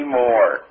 more